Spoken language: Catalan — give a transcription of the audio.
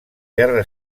guerra